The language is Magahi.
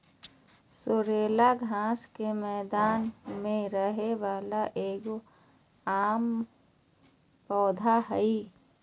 सोरेल घास के मैदान में रहे वाला एगो आम पौधा हइ